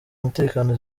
umutekano